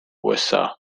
usa